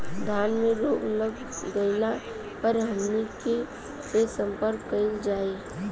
धान में रोग लग गईला पर हमनी के से संपर्क कईल जाई?